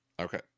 Okay